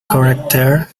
character